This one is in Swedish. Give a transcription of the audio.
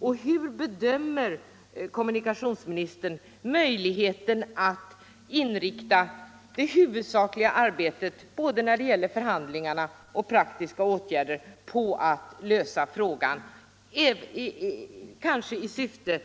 Och hur bedömer kommunikationsministern möjligheten att inrikta det huvudsakliga arbetet både när det gäller förhandlingarna och praktiska åtgärder på att lösa frågan, kanske i syfte